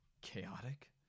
Chaotic